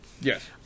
Yes